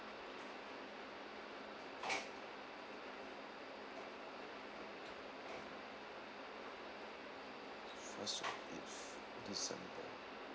first to fifth december